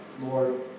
Lord